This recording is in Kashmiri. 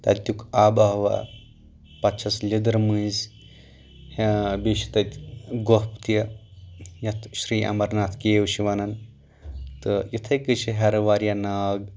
تتیُک آب و ہوا پتہٕ چھس لیدٕر مٔنٛزۍ بیٚیہِ چھُ تتہِ گۄپھ تہِ یتھ شری امرناتھ کیو چھِ ونان تہٕ اِتھٕے کٔنۍ چھِ ہیرِ واریاہ ناگ